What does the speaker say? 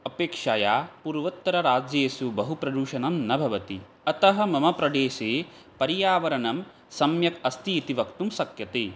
अपेक्षया पूर्वोत्तरराज्येषु बहुप्रदूषणं न भवति अतः मम प्रदेशे पर्यावरणं सम्यक् अस्ति इति वक्तुं शक्यते